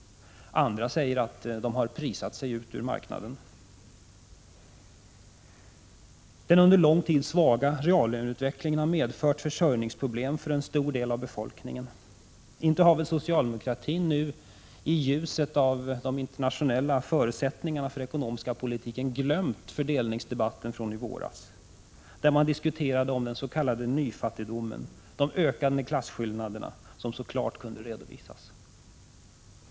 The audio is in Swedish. Andra säger att företagen har prisat sig ut ur marknaden. — Den under lång tid svaga reallöneutvecklingen har medfört försörjningsproblem för en stor del av befolkningen. Inte har väl socialdemokratin nu, i ljuset av de internationella förutsättningarna för den ekonomiska politiken, glömt fördelningsdebatten från i våras, där man diskuterade den s.k. nyfattigdomen och de ökande klasskillnaderna, som så klart kunde redovisas?